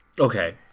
Okay